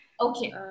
Okay